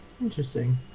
Interesting